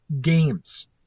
games